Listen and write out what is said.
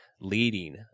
leading